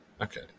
Okay